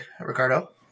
Ricardo